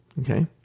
Okay